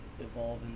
evolve